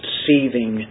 seething